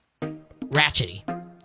ratchety